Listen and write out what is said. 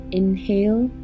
inhale